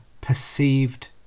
perceived